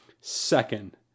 Second